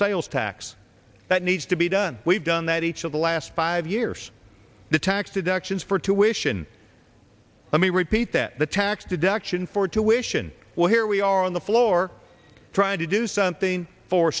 sales tax that needs to be done we've done that each of the last five years the tax deductions for two wishin let me repeat that the tax deduction for tuition well here we are on the floor trying to do something for